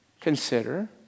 consider